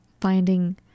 finding